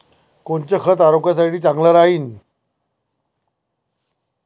कोनचं खत आरोग्यासाठी चांगलं राहीन?